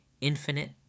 infinite